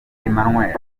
emmanuel